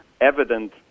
evident